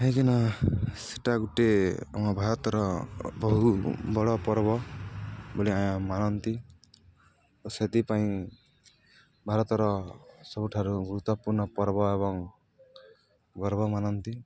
କାହିଁକିନା ସେଇଟା ଗୋଟେ ଆମ ଭାରତର ବହୁ ବଡ଼ ପର୍ବ ବୋଲି ମାନନ୍ତି ଓ ସେଥିପାଇଁ ଭାରତର ସବୁଠାରୁ ଗୁରୁତ୍ୱପୂର୍ଣ୍ଣ ପର୍ବ ଏବଂ ଗର୍ବ ମାନନ୍ତି